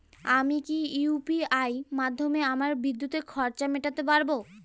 আমি কি ইউ.পি.আই মাধ্যমে আমার বিদ্যুতের খরচা মেটাতে পারব?